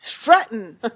Strutting